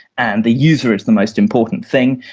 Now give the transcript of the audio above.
and the user is the most important thing,